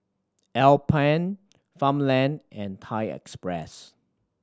Alpen Farmland and Thai Express